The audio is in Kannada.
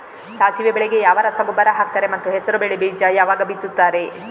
ಸಾಸಿವೆ ಬೆಳೆಗೆ ಯಾವ ರಸಗೊಬ್ಬರ ಹಾಕ್ತಾರೆ ಮತ್ತು ಹೆಸರುಬೇಳೆ ಬೀಜ ಯಾವಾಗ ಬಿತ್ತುತ್ತಾರೆ?